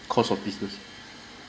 cost of business